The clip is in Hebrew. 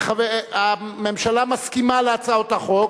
הממשלה מסכימה להצעות החוק,